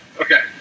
Okay